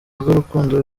urukundo